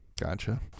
gotcha